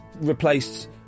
replaced